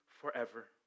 forever